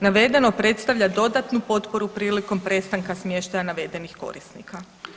Navedeno predstavlja dodatnu potporu prilikom prestanka smještaja navedenih korisnika.